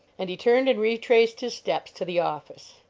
and he turned and retraced his steps to the office.